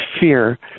fear